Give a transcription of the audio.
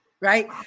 Right